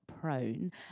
Prone